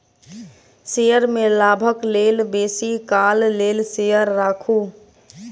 share में लाभक लेल बेसी काल लेल शेयर राखू